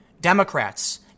Democrats